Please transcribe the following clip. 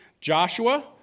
Joshua